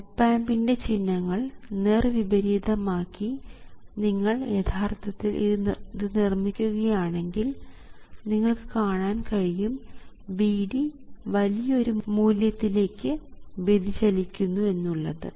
op ആമ്പിൻറെ ചിഹ്നങ്ങൾ നേർവിപരീതം ആക്കി നിങ്ങൾ യഥാർത്ഥത്തിൽ ഇത് നിർമിക്കുകയാണെങ്കിൽ നിങ്ങൾക്ക് കാണാൻ കഴിയും Vd വലിയൊരു മൂല്യത്തിലേക്ക് വ്യതിചലിക്കുന്നു എന്നുള്ളത്